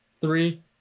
Three